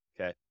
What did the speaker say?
Okay